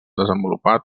desenvolupat